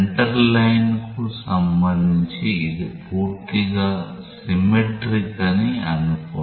centre line కు సంబంధించి ఇది పూర్తిగా సిమ్మెట్రీక్ అని అనుకోండి